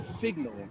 signal